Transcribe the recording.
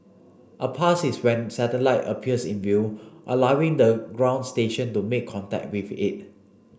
a pass is when satellite appears in view allowing the ground station to make contact with it